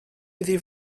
iddi